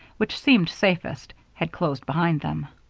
which seemed safest, had closed behind them.